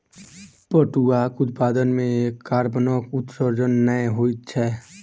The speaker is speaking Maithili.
पटुआक उत्पादन मे कार्बनक उत्सर्जन नै होइत छै